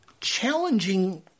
challenging